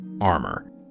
armor